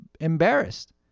embarrassed